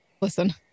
Listen